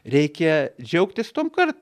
reikia džiaugtis tuom kart